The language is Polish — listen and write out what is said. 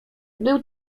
był